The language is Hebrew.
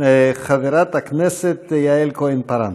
חברת הכנסת יעל כהן-פארן.